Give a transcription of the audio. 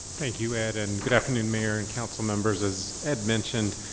thank you, ed, and good afternoon, mayor and council members. as ed mentioned,